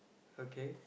okay